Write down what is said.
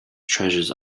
treasures